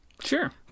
Sure